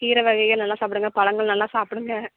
கீரை வகைகள் நல்லா சாப்பிடுங்க பழங்கள் நல்லா சாப்பிடுங்க